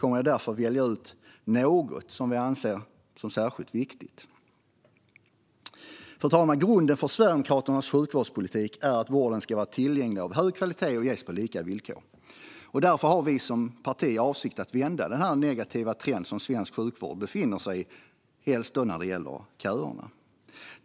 Därför kommer jag att välja ut något som vi anser vara särskilt viktigt. Grunden för Sverigedemokraternas sjukvårdspolitik är att vården ska vara tillgänglig, vara av hög kvalitet och ges på lika villkor. Därför har vi som parti för avsikt att vända denna negativa trend för svensk sjukvård, särskilt när det gäller köerna.